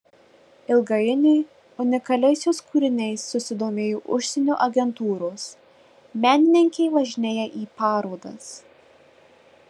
ilgainiui unikaliais jos kūriniais susidomėjo užsienio agentūros menininkė važinėja į parodas